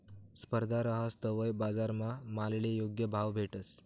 स्पर्धा रहास तवय बजारमा मालले योग्य भाव भेटस